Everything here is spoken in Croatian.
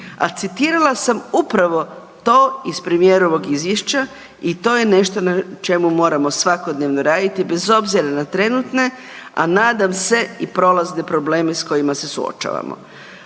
citirala sam upravo to iz premijerovog izvješća i to je nešto na čemu moramo svakodnevno raditi bez obzira na trenutne, a nadam se i prolazne probleme s kojima se suočavamo.